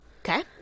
Okay